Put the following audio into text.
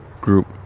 group